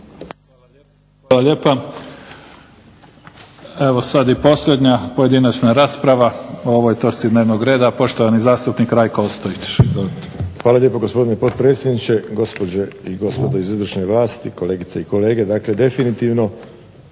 Hvala lijepo. Evo sada i posljednja pojedinačna rasprava o ovoj točci dnevnog reda. Poštovani zastupnik RAjko Ostojić. Izvolite. **Ostojić, Rajko (SDP)** Hvala lijepo gospodine potpredsjedniče. Gospođe i gospodo iz izvršne vlasti, kolegice i kolege zastupnici. Dakle, definitivno